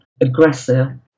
aggressor